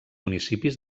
municipis